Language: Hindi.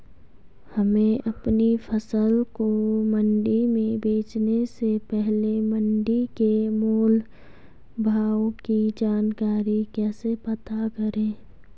हमें अपनी फसल को मंडी में बेचने से पहले मंडी के मोल भाव की जानकारी कैसे पता करें?